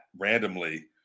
randomly